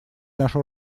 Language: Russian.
нашу